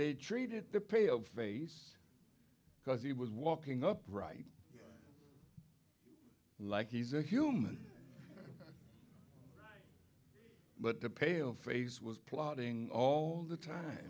they treated the prey of face because he was walking upright like he's a human but the pale face was plotting all the time